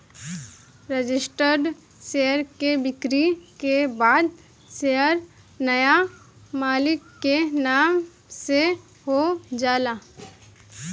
registered share के बिक्री के बाद शेयर नाया मालिक के नाम से हो जाला